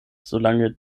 solange